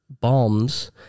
bombs